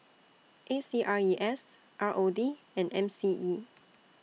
A C R E S R O D and M C E